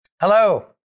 Hello